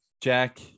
Jack